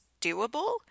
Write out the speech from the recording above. doable